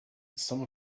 some